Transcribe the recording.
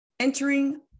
Entering